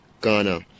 Ghana